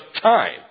time